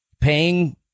paying